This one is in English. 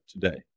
today